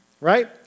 Right